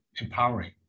empowering